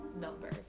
number